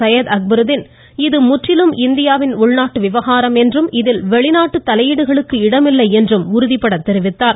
சையத் அக்பருதீன் இது முற்றிலும் இந்தியாவின் உள்நாட்டு விவகாரம் என்றும் இதில் வெளிநாட்டு தலையீடுகளுக்கு இடமில்லை என்றும் உறுதிபட தெரிவித்தார்